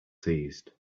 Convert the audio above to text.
seized